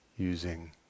Using